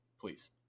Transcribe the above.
please